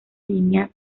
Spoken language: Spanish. línea